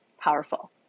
Powerful